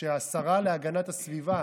כשהשרה להגנת הסביבה